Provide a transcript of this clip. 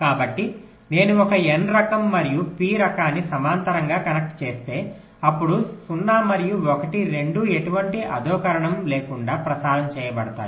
కాబట్టి నేను ఒక n రకాన్ని మరియు p రకాన్ని సమాంతరంగా కనెక్ట్ చేస్తే అప్పుడు 0 మరియు 1 రెండూ ఎటువంటి అధోకరణం లేకుండా ప్రసారం చేయబడతాయి